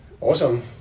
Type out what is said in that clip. Awesome